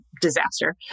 disaster